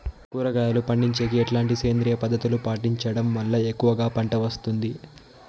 కూరగాయలు పండించేకి ఎట్లాంటి సేంద్రియ పద్ధతులు పాటించడం వల్ల ఎక్కువగా పంట వస్తుంది?